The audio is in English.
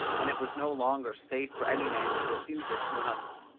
and it was no longer safe for any man to refuse it to another.